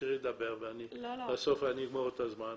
תמשיכי לדבר ובסוף אני אגמור את הזמן,